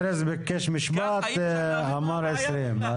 ארז ביקש משפט ואמר עשרים.